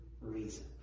reason